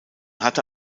hatte